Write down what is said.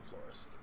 Florist